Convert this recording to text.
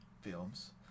films